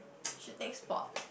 should take sport